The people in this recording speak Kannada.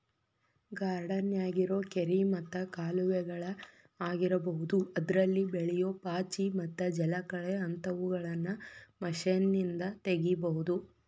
ಗಾರ್ಡನ್ಯಾಗಿರೋ ಕೆರಿ ಮತ್ತ ಕಾಲುವೆಗಳ ಆಗಿರಬಹುದು ಅದ್ರಲ್ಲಿ ಬೆಳಿಯೋ ಪಾಚಿ ಮತ್ತ ಜಲಕಳೆ ಅಂತವುಗಳನ್ನ ಮಷೇನ್ನಿಂದ ತಗಿಬಹುದು